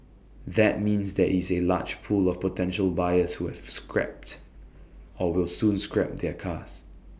that means there is A large pool of potential buyers who have scrapped or will soon scrap their cars